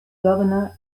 governor